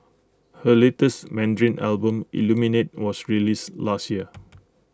her latest Mandarin Album Illuminate was released last year